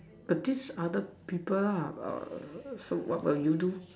but these other people ah but what will you do